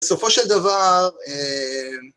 ‫בסופו של דבר... אה... מ...